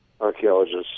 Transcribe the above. archaeologists